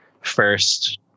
first